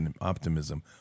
optimism